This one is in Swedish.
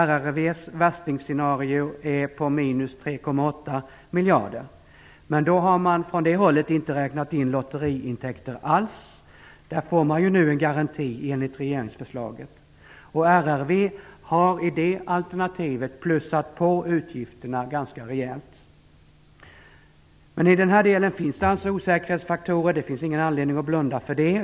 RRV:s "värstingscenario" är på minus 3,8 miljarder, men då har man inte räknat in några lotteriintäkter alls - och i den delen får man ju nu en garanti enligt regeringsförslaget - och RRV har i det alternativet också plussat på utgifterna ganska rejält. I den här delen finns det alltså osäkerhetsfaktorer. Det finns ingen anledning att blunda för det.